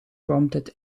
prompted